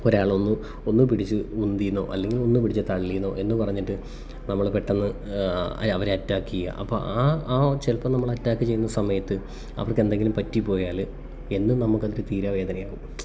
ഒരാളൊന്ന് ഒന്ന് പിടിച്ച് ഉന്തിയെന്നോ അല്ലെങ്കിലൊന്നു പിടിച്ചു തള്ളിയെന്നോ എന്നു പറഞ്ഞിട്ട് നമ്മൾ പെട്ടെന്ന് അയാൾ അവരെ അറ്റാക്ക് ചെയ്യുക അപ്പം ആ ആ ചിലപ്പം നമ്മൾ അറ്റാക്ക് ചെയ്യുന്ന സമയത്ത് അവർക്കെന്തെങ്കിലും പറ്റിപ്പോയാൽ എന്നും നമുക്കതൊരു തീരാ വേദനയാകും